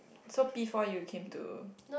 so P-four you came to